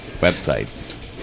websites